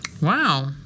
Wow